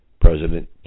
President